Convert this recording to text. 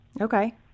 Okay